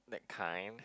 that kind